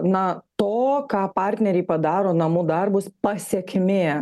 na to ką partneriai padaro namų darbus pasekmė